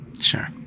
sure